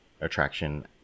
attraction